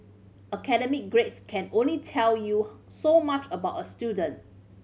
academic grades can only tell you so much about a student